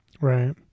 right